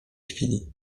chwili